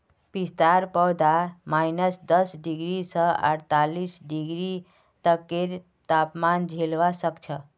पिस्तार पौधा माइनस दस डिग्री स अड़तालीस डिग्री तकेर तापमान झेलवा सख छ